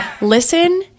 listen